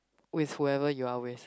with whoever you are with